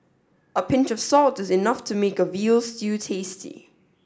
a pinch of salt is enough to make a veal stew tasty